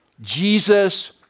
Jesus